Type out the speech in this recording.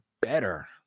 better